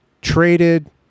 traded